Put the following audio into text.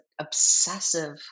obsessive